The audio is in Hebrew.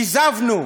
כיזבנו,